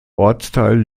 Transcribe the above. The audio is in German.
ortsteil